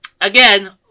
Again